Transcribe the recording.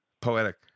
poetic